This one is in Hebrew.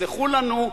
תסלחו לנו,